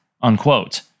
unquote